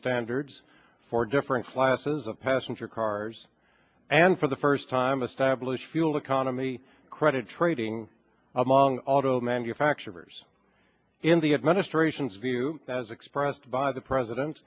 standards for different classes of passenger cars and for the first time establish fuel economy credit trading among auto manufacturers in the administration's view as expressed by the president